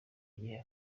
gihe